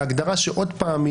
זאת הגדרה סגורה,